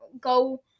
go